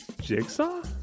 Jigsaw